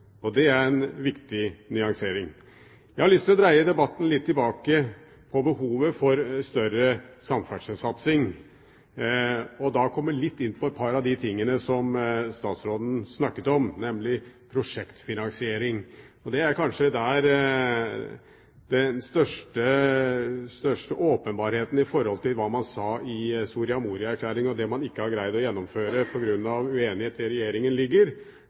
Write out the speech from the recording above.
Det er en viktig nyansering. Jeg har lyst til å dreie debatten litt tilbake til behovet for en større samferdselssatsing, og vil komme litt inn på noe av det som statsråden snakket om, nemlig prosjektfinansiering. Det er kanskje der det er mest åpenbart at dette har man ikke greid å gjennomføre på grunn av uenighet i Regjeringen, sett i forhold til hva man sa i Soria Moria-erklæringen, nemlig at man ønsker å